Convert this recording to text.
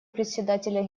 председателя